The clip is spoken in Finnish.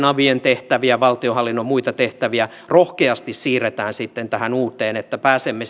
avien tehtäviä valtionhallinnon muita tehtäviä rohkeasti siirretään sitten tähän uuteen että pääsemme